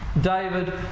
David